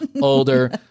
Older